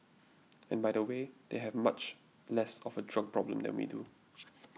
and by the way they have much less of a drug problem than we do